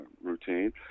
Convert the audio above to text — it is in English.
routine